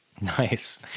Nice